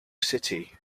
city